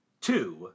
two